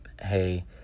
hey